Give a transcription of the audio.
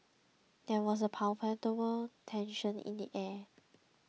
there was a palpable tension in the air